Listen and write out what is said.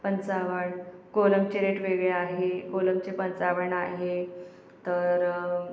पंचावन्न कोलमचे रेट वेगळे आहे कोलमचे पंचावन्न आहे तर